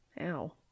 Ow